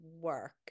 work